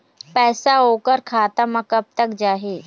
पैसा ओकर खाता म कब तक जाही?